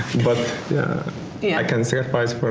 but yeah yeah, i can sacrifice